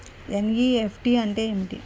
NEFT అంటే ఏమిటి?